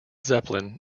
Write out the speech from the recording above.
zeppelin